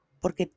Porque